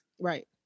Right